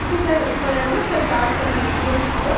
okay sir இப்போ எவ்வளோ sir charge பண்ணுவிங்க கிலோ மீட்டருக்கு